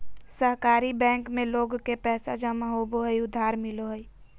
सहकारी बैंक में लोग के पैसा जमा होबो हइ और उधार मिलो हइ